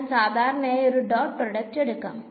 ഞാൻ സാധാരണയായി ഒരു ഡോട്ട് പ്രോഡക്റ്റ് എടുക്കാം